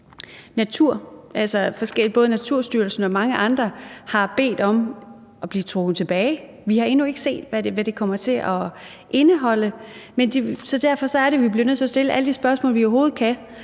Naturstyrelsen og mange andre har bedt regeringen om at trække tilbage. Vi har endnu ikke set, hvad det kommer til at indeholde. Så derfor er det, at vi bliver nødt til at stille alle de spørgsmål, vi overhovedet kan,